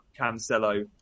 Cancelo